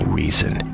reason